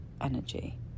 energy